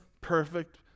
perfect